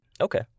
Okay